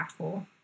impactful